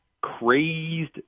crazed